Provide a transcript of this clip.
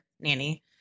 nanny